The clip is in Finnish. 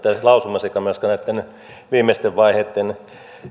lausumasekamelska näitten viimeisten vaiheitten